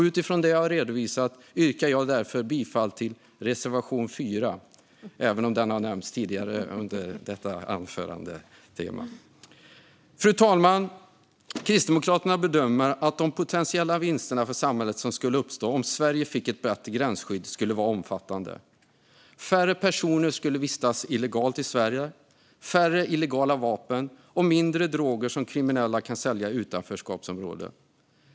Utifrån det jag har redovisat yrkar jag därför bifall till reservation 4. Fru talman! Kristdemokraterna bedömer att de potentiella vinster för samhället som skulle uppstå om Sverige fick ett bättre gränsskydd skulle vara omfattande. Färre personer skulle vistas illegalt i Sverige, och det skulle bli färre illegala vapen och mindre droger som kriminella kan sälja i utanförskapsområden.